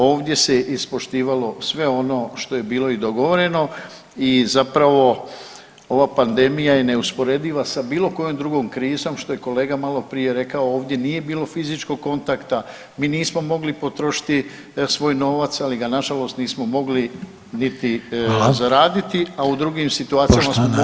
Ovdje se ispoštivalo sve ono što je bilo i dogovoreno i zapravo ova pandemija je neusporediva sa bilo kojom drugom krizom što je kolega malo prije rekao, ovdje nije bilo fizičkog kontakta, mi nismo mogli potrošiti svoj novac ali ga na žalost nismo mogli niti zaraditi, a u drugim situacijama smo dobili … [[ne razumije se]] svoj novac.